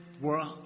world